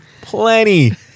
Plenty